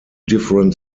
different